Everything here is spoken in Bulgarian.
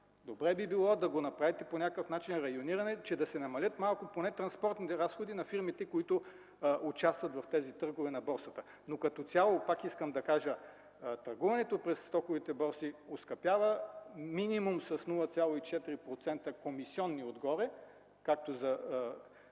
Добре би било да направите по някакъв начин райониране, че да се намалят малко поне транспортните разходи на фирмите, които участват в тези търгове на борсата. Но като цяло пак искам да кажа, че търгуването през стоковите борси оскъпява минимум с 0,4% комисионни отгоре както за